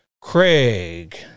Craig